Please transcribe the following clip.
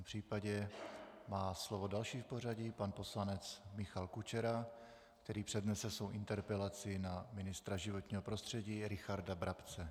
V tom případě má slovo další v pořadí pan poslanec Michal Kučera, který přednese svou interpelaci na ministra životního prostředí Richarda Brabce.